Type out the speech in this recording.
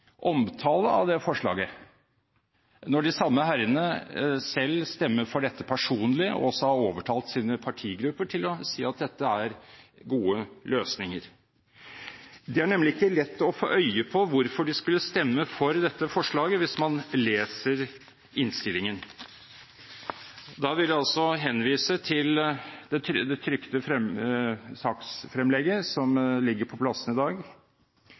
omtale av det forslaget når de samme herrene selv stemmer for dette personlig og også har overtalt sine partigrupper til å si at dette er gode løsninger. Det er nemlig ikke lett å få øye på hvorfor de skulle stemme for dette forslaget, hvis man leser innstillingen. Da vil jeg henvise til det trykte saksfremlegget som ligger på plassene i dag